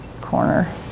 corner